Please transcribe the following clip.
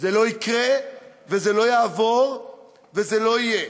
זה לא יקרה וזה לא יעבור וזה לא יהיה.